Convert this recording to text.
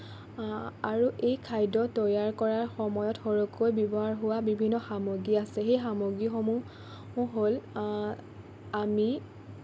আৰু এই খাদ্য তৈয়াৰ কৰাৰ সময়ত সৰহকৈ ব্যৱহাৰ হোৱা বিভিন্ন সামগ্ৰী আছে সেই সামগ্ৰীসমূহ হ'ল আমি